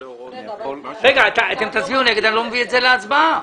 אם אתם תצביעו נגד, אני לא מביא את זה להצבעה.